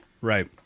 Right